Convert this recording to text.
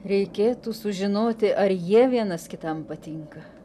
reikėtų sužinoti ar jie vienas kitam patinka